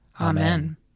Amen